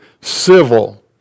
civil